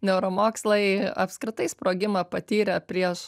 neuromokslai apskritai sprogimą patyrė prieš